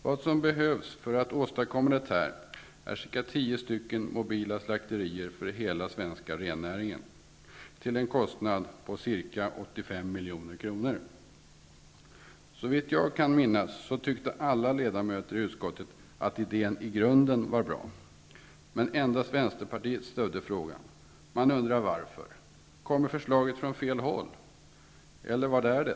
Vad som behövs för att åstadkomma detta är cirka tio mobila slakterier för hela den svenska rennäringen till en kostnad på ungefär 85 milj.kr. Såvitt jag minns tyckte alla ledamöter i utskottet att idén i grunden var bra. Men endast Vänsterpartiet stöder förslaget. Jag undrar varför. Kommer förslaget från fel håll, eller vad är det?